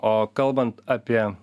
o kalbant apie